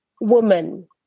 woman